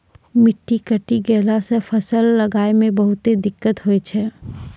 मिट्टी कटी गेला सॅ फसल लगाय मॅ बहुते दिक्कत होय छै